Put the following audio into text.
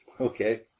Okay